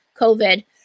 covid